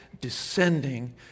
descending